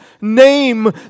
name